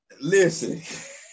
listen